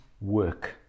work